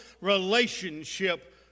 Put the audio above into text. relationship